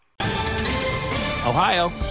ohio